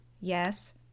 Yes